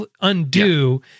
undo